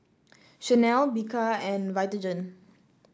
Chanel Bika and Vitagen